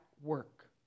work